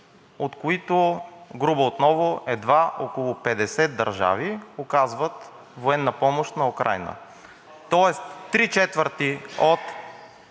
от които – грубо отново, едва около 50 държави оказват военна помощ на Украйна, тоест три четвърти от